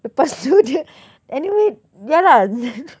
lepas tu dia anyway ya lah